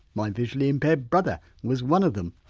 my visually impaired brother was one of them.